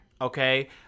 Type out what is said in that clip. Okay